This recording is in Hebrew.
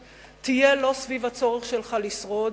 יהיו לא סביב הצורך שלך לשרוד,